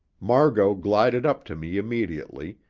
margot glided up to me immediately,